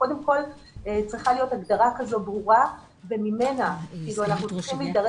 קודם כל צריכה להיות הגדרה כזאת ברורה ואנחנו צריכים להידרש